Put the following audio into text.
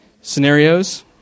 Scenarios